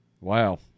Wow